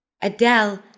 Adele